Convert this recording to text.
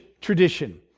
tradition